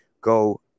go